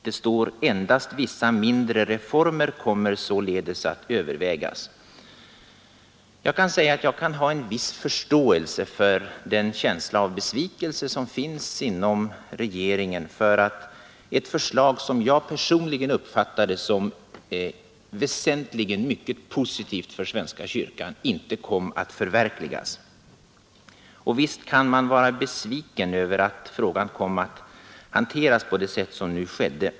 Det står i svaret: ”Endast vissa mindre reformer kommer således att övervägas.” Jag kan ha en viss förståelse för den känsla av besvikelse som finns inom regeringen för att ett förslag, som jag personligen uppfattade som väsentligen mycket positivt för svenska kyrkan, inte kom att förverkligas. Visst kan man vara besviken över att frågan kom att hanteras på sätt som skedde.